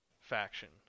faction